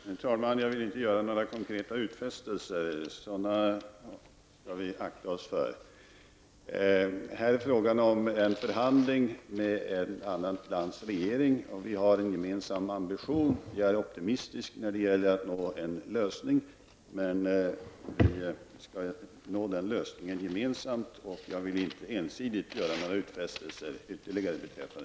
Herr talman! Jag vill inte göra några konkreta utfästelser. Sådana skall vi akta oss för. Här är det fråga om en förhandling med ett annat lands regering. Vi har en gemensam ambition, och jag är optimistisk när det gäller att nå en lösning. Den lösningen skall nås gemensamt, och jag vill inte ensidigt göra några ytterligare utfästelser beträffande tidpunkten.